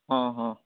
ହଁ ହଁ